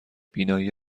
بینایی